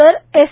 तर एस